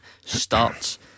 starts